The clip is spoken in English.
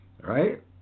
right